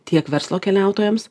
tiek verslo keliautojams